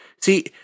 See